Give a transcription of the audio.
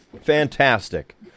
fantastic